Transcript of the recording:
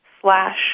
slash